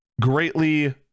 greatly